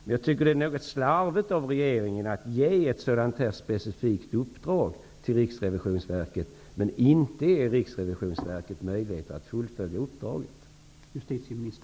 Men jag tycker att det är något slarvigt av regeringen att ge ett så här specifikt uppdrag till Riksrevisionsverket utan att ge Riksrevisionsverket möjlighet att fullfölja uppdraget.